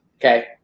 Okay